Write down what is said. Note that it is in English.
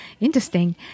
Interesting